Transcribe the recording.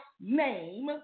name